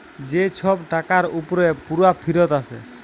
যে ছব টাকার উপরে পুরা ফিরত আসে